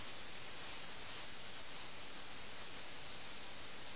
" അതിനാൽ ജയവും തോൽവിയും എന്ന ആശയവും കളിയുടെ നിയമങ്ങളും രണ്ട് തലങ്ങളിൽ പ്രധാനമാണ്